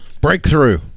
Breakthrough